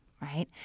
right